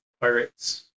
pirates